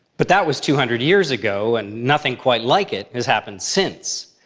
but that was two hundred years ago, and nothing quite like it has happened since.